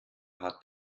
hat